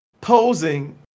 posing